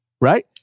right